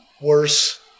worse